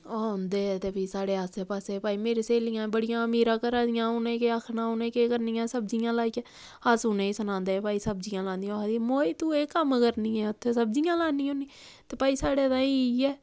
ओह् औंदे हे ते भी साढ़े आस्सै पास्सै भाई मेरी स्हेलियां बड़ियां मेरा घरा दियां उ'नें केह् आखना उ'नें केह् करनियां सब्जियां लाइयै अस उ'नें गी सनांदे हे भाई सब्जियां लांदियां ओह् आखदियां मोई तूं एह् कम्म करनी ऐं उत्थै सब्जियां लान्नी होन्नींते भाई साढ़े ताईं इ'यै